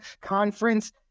conference